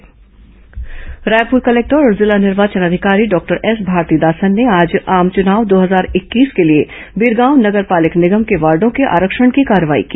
ward आरक्षण Raipur collector और जिला निर्वाचन अधिकारी डॉक्टर एस भारतीदासन ने आज आम चुनाव दो हजार इक्कीस के ॅलिए बिरगांव नगर पालिक निगम के वार्डो के आरक्षण की कार्रवाई की